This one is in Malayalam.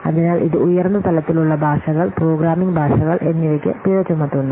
അതിനാൽ ഇത് ഉയർന്ന തലത്തിലുള്ള ഭാഷകൾ പ്രോഗ്രാമിംഗ് ഭാഷകൾ എന്നിവയ്ക്ക് പിഴ ചുമത്തുന്നു